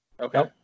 Okay